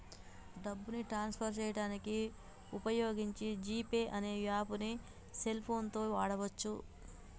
డబ్బుని transfer చేయడానికి వుపయోగించే జీ పే అనే యాప్పుని సెల్ ఫోన్ తో వాడచ్చు